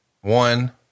one